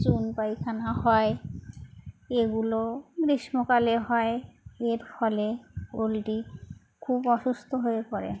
চুন পায়খানা হয় এগুলো গ্রীষ্মকালে হয় এর ফলে উলটি খুব অসুস্থ হয়ে পড়ে